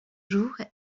jours